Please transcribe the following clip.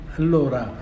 allora